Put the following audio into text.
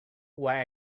while